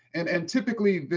and and typically,